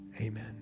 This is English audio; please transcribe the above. Amen